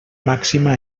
màxima